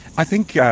i think, yeah